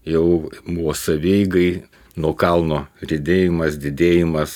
jau buvo savieigai nuo kalno riedėjimas didėjimas